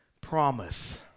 promise